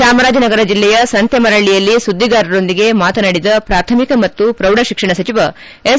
ಚಾಮರಾಜನಗರ ಜಿಲ್ಲೆಯ ಸಂತೆ ಮರಳ್ಳಿಯಲ್ಲಿ ಸುದ್ದಿಗಾರರೊಂದಿಗೆ ಮಾತನಾಡಿದ ಪ್ರಾಥಮಿಕ ಮತ್ತು ಪ್ರೌಢ ಶಿಕ್ಷಣ ಸಚಿವ ಎಸ್